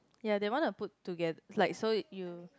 ya they wanna put together like so if you